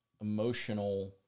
emotional